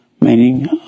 meaning